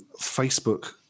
Facebook